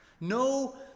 no